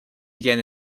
again